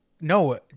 No